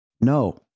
No